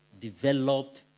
developed